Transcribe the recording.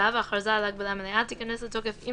(ו) הכרזה על הגבלה מלאה תיכנס לתוקף עם